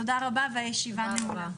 תודה רבה לכולם הישיבה נעולה.